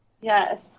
Yes